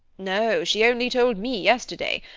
no, she only told me yesterday.